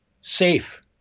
Safe